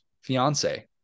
fiance